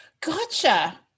Gotcha